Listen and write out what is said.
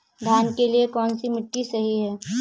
धान के लिए कौन सी मिट्टी सही है?